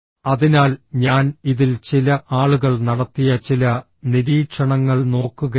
അതിനാൽ ഞാൻ ഇതിൽ ചില ആളുകൾ നടത്തിയ ചില നിരീക്ഷണങ്ങൾ നോക്കുകയായിരുന്നു